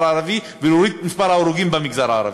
הערבי ולהוריד את מספר ההרוגים במגזר הערבי.